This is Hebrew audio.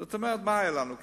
זאת אומרת, מה היה לנו כאן?